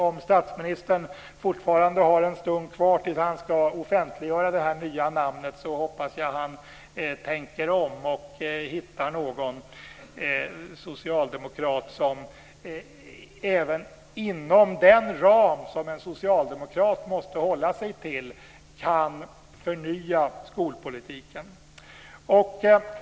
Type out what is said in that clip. Om statsministern fortfarande har en stund kvar tills han ska offentliggöra det nya namnet så hoppas jag han tänker om och hittar någon socialdemokrat som även inom den ram som en socialdemokrat måste hålla sig till kan förnya skolpolitiken.